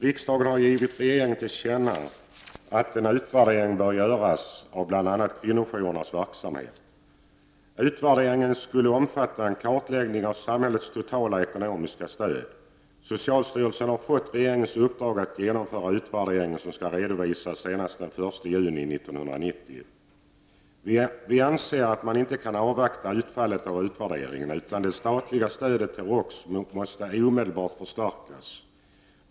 Riksdagen har givit regeringen till känna att en utvärdering bör göras av bl.a. kvinnojourernas verksamhet. Utvärderingen skulle omfatta en kartläggning av samhällets totala ekonomiska stöd. Socialstyrelsen har fått regeringens uppdrag att genomföra utvärderingen, som skall redovisas senast den 1 juni 1990. Vi anser att man inte kan avvakta utfallet av utvärderingen, utan menar att det statliga stödet till ROKS omedelbart måste förstärkas.